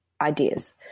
ideas